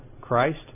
Christ